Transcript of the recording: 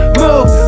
move